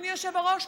אדוני היושב-ראש,